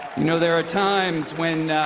you know, there are times when